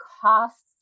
costs